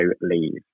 leave